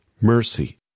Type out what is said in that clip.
mercy